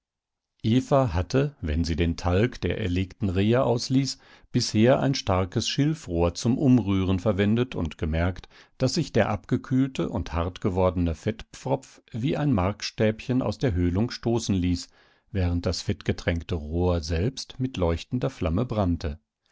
eva hatte wenn sie den talg der erlegten rehe ausließ bisher ein starkes schilfrohr zum umrühren verwendet und gemerkt daß sich der abgekühlte und hartgewordene fettpfropf wie ein markstäbchen aus der höhlung stoßen ließ während das fettgetränkte rohr selbst mit leuchtender flamme brannte